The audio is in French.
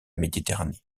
méditerranée